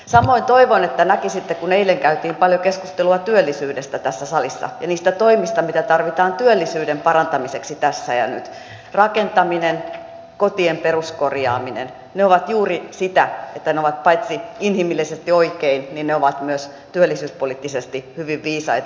samoin toivon että näkisitte kun eilen käytiin paljon keskustelua työllisyydestä tässä salissa ja niistä toimista mitä tarvitaan työllisyyden parantamiseksi tässä ja nyt rakentaminen kotien peruskorjaaminen että ne ovat juuri sitä ne ovat paitsi inhimillisesti oikein myös työllisyyspoliittisesti hyvin viisaita